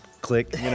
click